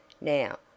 Now